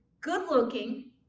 good-looking